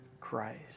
Christ